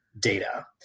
data